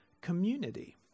community